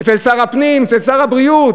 אצל שר הפנים, אצל שר הבריאות.